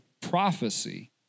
prophecy